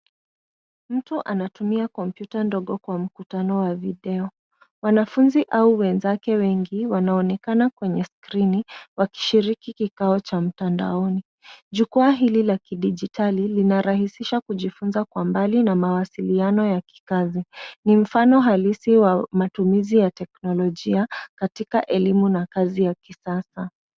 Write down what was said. Mtu anatumia kompyuta ndogo kwa mkutano wa video. Wanafunzi au wenzake wengi, wanaonekana kwenye skrini, wakishiriki kikao cha mtandaoni. Jukwaa hili la kidijitali linarahisisha kujifunza kwa mbali na mawasiliano ya kikazi. Ni mfano halisi wa matumizi ya teknolojia, katika elimu na kazi ya kisasa.